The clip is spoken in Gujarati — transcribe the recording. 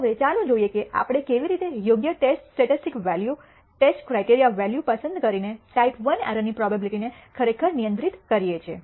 હવે ચાલો જોઈએ કે આપણે કેવી રીતે યોગ્ય test statistics value test criteria value પસંદ કરીને ટાઈપ I એરર ની પ્રોબેબીલીટી ને ખરેખર નિયંત્રિત કરીએ છીએ